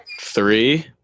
Three